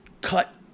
Cut